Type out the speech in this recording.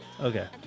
Okay